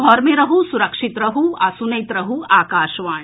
घर मे रहू सुरक्षित रहू आ सुनैत रहू आकाशवाणी